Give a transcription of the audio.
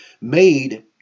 made